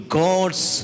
god's